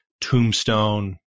Tombstone